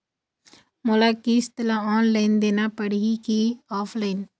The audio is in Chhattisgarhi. मोला किस्त ला ऑनलाइन देना पड़ही की ऑफलाइन?